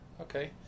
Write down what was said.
Okay